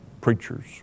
preachers